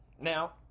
Now